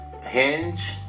Hinge